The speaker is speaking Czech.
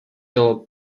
bylo